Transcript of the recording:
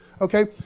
Okay